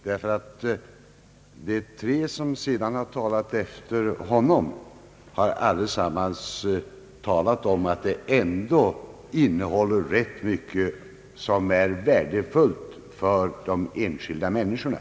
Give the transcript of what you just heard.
De tre ledamöter som talat efter honom har nämligen allesammans sagt att memorialet ändå innehåller rätt mycket som är värdefullt för de enskilda människorna.